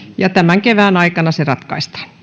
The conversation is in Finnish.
aikanaan tämän kevään aikana se ratkaistaan